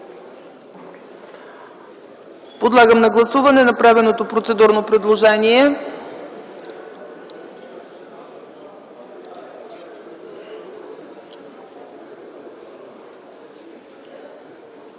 Подлагам на гласуване направеното процедурно предложение.